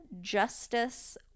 Justice